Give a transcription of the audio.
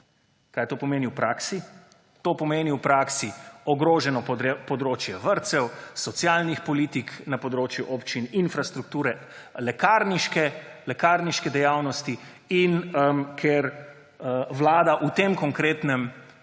Kaj to pomeni v praksi? To pomeni v praksi ogroženo področje vrtcev, socialnih politik, na področju občin infrastrukture, lekarniške dejavnosti. In ker Vlada v teh konkretnih